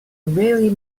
really